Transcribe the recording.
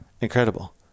incredible